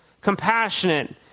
compassionate